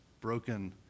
broken